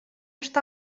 està